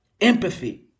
empathy